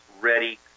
ready